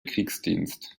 kriegsdienst